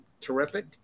terrific